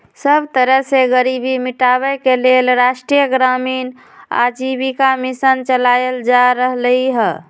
सब तरह से गरीबी मिटाबे के लेल राष्ट्रीय ग्रामीण आजीविका मिशन चलाएल जा रहलई ह